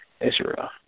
Israel